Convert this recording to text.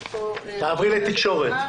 תעברי לתקשורת.